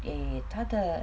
eh 他的